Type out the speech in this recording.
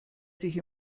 sich